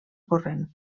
corrent